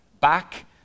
Back